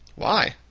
why?